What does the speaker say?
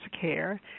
Care